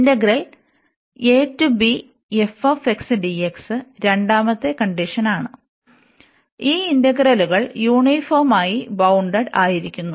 integral രണ്ടാമത്തെ കണ്ടിഷനാണ് ഈ ഇന്റഗ്രലുകൾ യൂണിഫോമായി ബൌൺഡഡ് ആയിരിക്കുന്നു